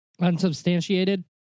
Unsubstantiated